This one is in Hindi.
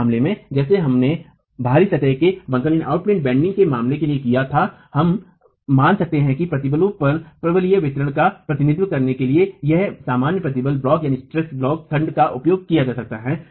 इस मामले में जैसे हमने बाहरी सतह में बंकन के मामले के लिए किया था हम मान सकते हैं कि प्रतिबलों के परवलयिक वितरण का प्रतिनिधित्व करने के लिए एक समान प्रतिबल ब्लॉक का उपयोग किया जा सकता है